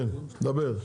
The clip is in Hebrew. כן דבר.